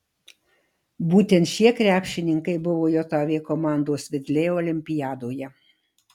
būtent šie krepšininkai buvo jav komandos vedliai olimpiadoje